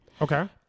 Okay